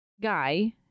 guy